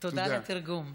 תודה על התרגום.